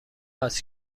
است